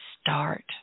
start